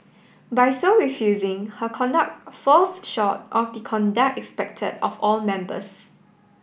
by so refusing her conduct falls short of the conduct expected of all members